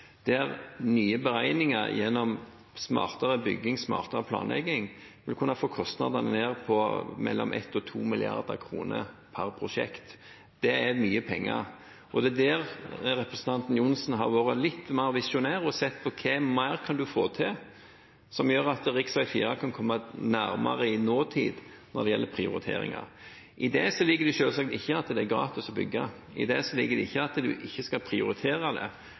der nye beregninger gjennom smartere bygging og smartere planlegging, vil vise at en kunne få kostnadene ned på mellom 1 mrd. kr og 2 mrd. kr per prosjekt. Det er mye penger. Og det er der representanten Johnsen har vært litt mer visjonær og sett hva mer en kan få til, som gjør at rv. 4 kan komme nærmere i nåtid når det gjelder prioriteringer. I det ligger det selvsagt ikke at det er gratis å bygge, i det ligger det ikke at en ikke skal prioritere det,